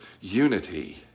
unity